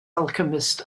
alchemist